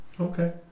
Okay